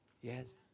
Yes